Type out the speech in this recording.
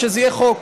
שזה יהיה חוק.